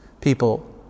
people